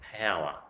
power